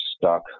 stuck